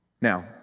Now